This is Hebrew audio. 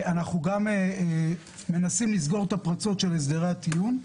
אנחנו גם מנסים לסגור את הפרצות של הסדרי הטיעון,